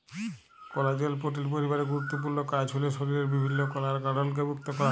কলাজেল protein পরিবারের গুরুত্তপুর্ল কাজ হ্যল শরীরের বিভিল্ল্য কলার গঢ়লকে পুক্তা ক্যরা